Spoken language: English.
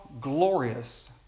glorious